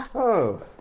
oh.